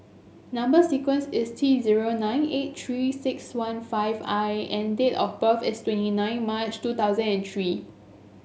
number sequence is T zero nine eight Three six one five I and date of birth is twenty nine March two thousand and three